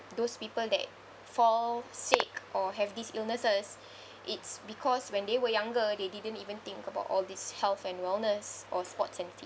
those people that fall sick or have these illnesses it's because when they were younger they didn't even think about all these health and wellness or sports and fitness